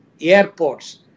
airports